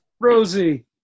Rosie